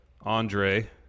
Andre